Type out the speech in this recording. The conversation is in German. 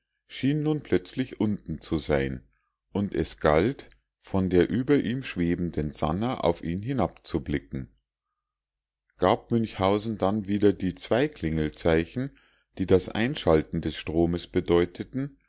schien nun plötzlich unten zu sein und es galt von der über ihm schwebenden sannah auf ihn hinabzublicken gab münchhausen dann wieder die zwei klingelzeichen die das einschalten des stromes bedeuteten